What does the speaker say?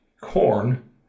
corn